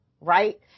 right